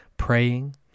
Praying